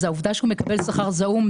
העובדה שהוא מקבל שכר זעום,